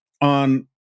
On